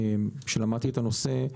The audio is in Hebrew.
כשלמדתי את הנושא,